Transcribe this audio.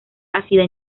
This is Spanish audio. ácida